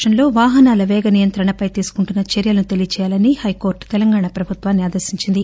రాష్టంలో వాహనాల వేగ నియంత్రణపై తీసుకుంటున్న చర్యలను తెలియజేయాలని హైకోర్టు తెలంగాణ ప్రభుత్వాన్ని ఆదేశించింది